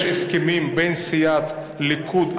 יש הסכמים בין סיעת הליכוד,